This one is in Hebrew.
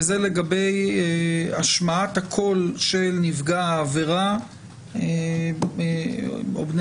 וזה לגבי השמעת הקול של נפגע העבירה או בני